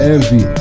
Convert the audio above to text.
Envy